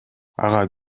ага